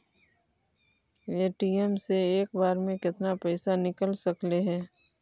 ATM से एक बार मे केतना पैसा निकल सकले हे?